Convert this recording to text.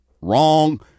wrong